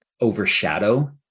overshadow